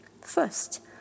First